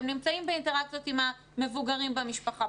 הם נמצאים באינטראקציות עם המבוגרים במשפחה.